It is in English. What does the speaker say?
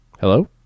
Hello